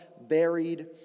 buried